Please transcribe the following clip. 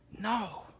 no